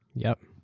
yup.